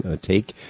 take